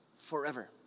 forever